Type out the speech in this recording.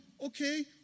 Okay